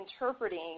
interpreting